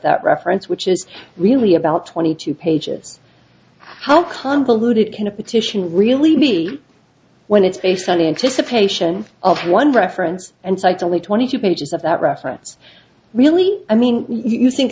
that reference which is really about twenty two pages how convoluted can a petition really be when it's based on anticipation of one reference and cites only twenty two pages of that reference really i mean you think